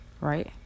right